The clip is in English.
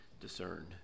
discerned